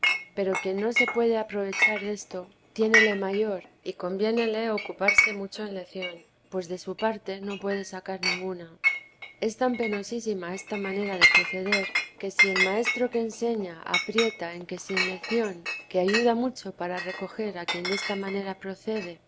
pero quien no se puede aprovechar desto tiénele mayor y conviéneie ocuparse mucho en lección pues de su parte no puede sacar ninguna es tan penosísima esta manera de proceder que si el maestro que enseña aprieta en que sin lección que ayuda